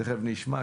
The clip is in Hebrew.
תכף נשמע.